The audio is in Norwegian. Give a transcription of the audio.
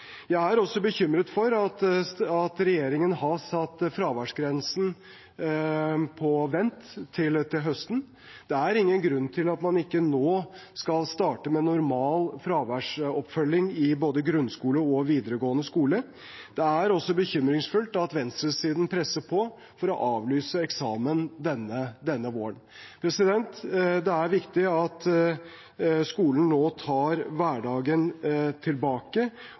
Jeg er også bekymret for at regjeringen har satt fraværsgrensen på vent til høsten. Det er ingen grunn til at man ikke nå skal starte med normal fraværsoppfølging i både grunnskole og videregående skole. Det er også bekymringsfullt at venstresiden presser på for å avlyse eksamen denne våren. Det er viktig at skolen nå tar hverdagen tilbake,